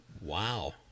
Wow